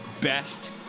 best